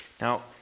Now